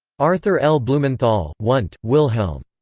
arthur l. blumenthal wundt, wilhelm.